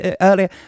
earlier